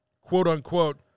quote-unquote